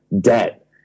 debt